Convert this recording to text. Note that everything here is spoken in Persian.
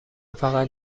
فقط